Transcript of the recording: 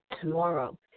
tomorrow